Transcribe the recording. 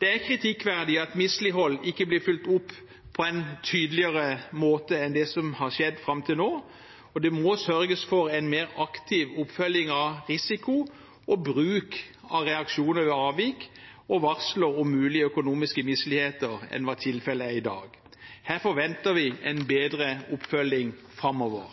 Det er kritikkverdig at mislighold ikke blir fulgt opp på en tydeligere måte enn det som har skjedd fram til nå, og man må sørge for en mer aktiv oppfølging av risiko og bruk av reaksjoner ved avvik og varsler om mulige økonomiske misligheter enn tilfellet er i dag. Her forventer vi en bedre oppfølging framover.